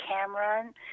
Cameron